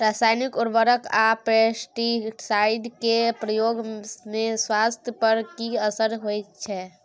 रसायनिक उर्वरक आ पेस्टिसाइड के प्रयोग से स्वास्थ्य पर कि असर होए छै?